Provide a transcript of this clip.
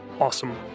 awesome